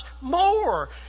more